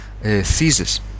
thesis